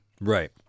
Right